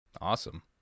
awesome